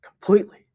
completely